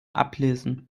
ablesen